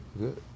Good